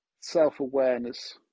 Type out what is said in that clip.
self-awareness